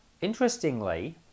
interestingly